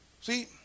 See